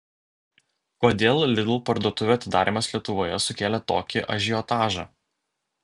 kodėl lidl parduotuvių atidarymas lietuvoje sukėlė tokį ažiotažą